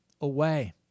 away